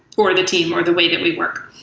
or the team, or the way that we work.